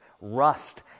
rust